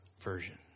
version